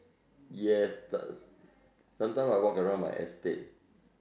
yes but sometime I walk around my estate